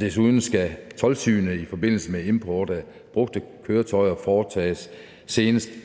Desuden skal toldsynet i forbindelse med import af brugte køretøjer foretages senest 4